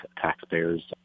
taxpayers